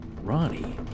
Ronnie